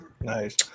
Nice